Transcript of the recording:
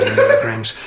milligrams,